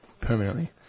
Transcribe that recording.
Permanently